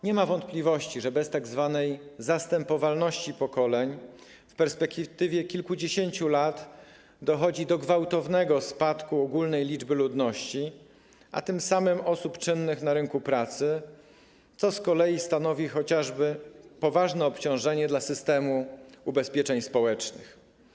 Nie ma wątpliwości, że bez tzw. zastępowalności pokoleń w perspektywie kilkudziesięciu lat dochodzi do gwałtownego spadku ogólnej liczby ludności, a tym samym osób czynnych na rynku pracy, co z kolei stanowi chociażby poważne obciążenie dla systemu ubezpieczeń społecznych.